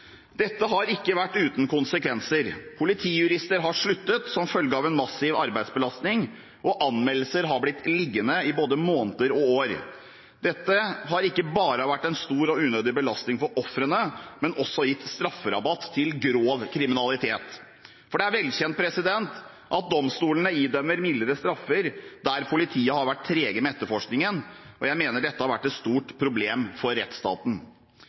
Dette har ikke vært uten konsekvenser. Politijurister har sluttet som følge av en massiv arbeidsbelastning, og anmeldelser har blitt liggende i både måneder og år. Dette har ikke bare vært en stor og unødig belastning for ofrene, men det har også gitt strafferabatt for grov kriminalitet. Det er velkjent at domstolene idømmer mildere straffer der politiet har vært trege med etterforskningen. Jeg mener dette har vært et stort problem for rettsstaten.